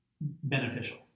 beneficial